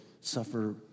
suffer